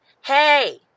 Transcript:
Hey